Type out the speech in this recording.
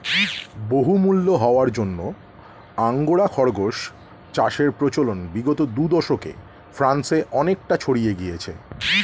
বহুমূল্য হওয়ার জন্য আঙ্গোরা খরগোশ চাষের প্রচলন বিগত দু দশকে ফ্রান্সে অনেকটা ছড়িয়ে গিয়েছে